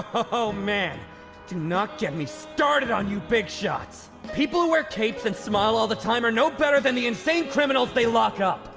o-ho-ho, man do not get me started on you big shots. people who wear capes and smile all the time are no better than the insane criminals they lock up.